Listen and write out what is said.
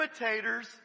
imitators